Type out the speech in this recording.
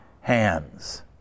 hands